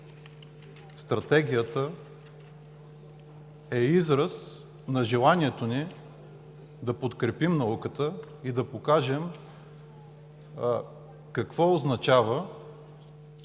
Стратегията е израз на желанието ни да подкрепим науката и да покажем какво означава